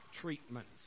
treatments